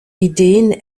ideen